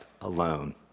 alone